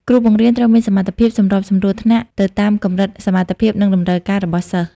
គ្រូបង្រៀនត្រូវមានសមត្ថភាព សម្របសម្រួលថ្នាក់ ទៅតាមកម្រិតសមត្ថភាព និងតម្រូវការរបស់សិស្ស។